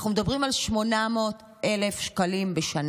אנחנו מדברים על 800,000 שקלים בשנה.